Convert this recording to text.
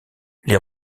les